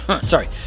sorry